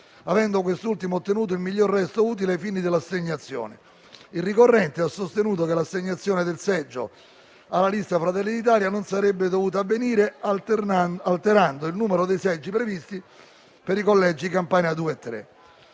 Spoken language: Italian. avendo quest'ultima ottenuto il miglior resto utile ai fini dell'assegnazione. Il ricorrente ha sostenuto che l'assegnazione del seggio alla lista Fratelli d'Italia non sarebbe dovuta avvenire alterando il numero dei seggi previsti per i collegi Campania 2 e